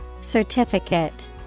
Certificate